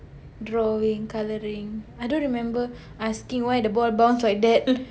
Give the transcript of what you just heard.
drawing colouring I don't remember asking why the ball bounce like that